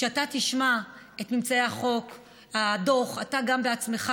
כשאתה תשמע את ממצאי הדוח אתה גם בעצמך